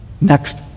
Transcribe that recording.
Next